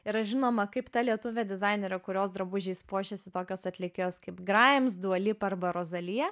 yra žinoma kaip ta lietuvė dizainerė kurios drabužiais puošėsi tokios atlikėjos kaip grajems duali arba rozalija